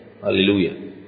Hallelujah